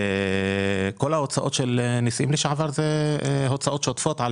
כל ההוצאות של נשיאים לשעבר, הן הוצאות שוטפות.